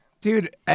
Dude